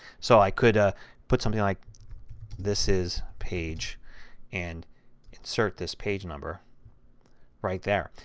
so i could ah put something like this is page and insert this page number right there.